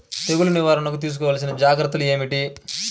తెగులు నివారణకు తీసుకోవలసిన జాగ్రత్తలు ఏమిటీ?